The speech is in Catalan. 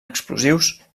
explosius